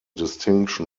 distinction